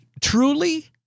truly